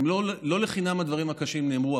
לא לחינם הדברים הקשים נאמרו.